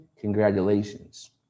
congratulations